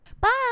Bye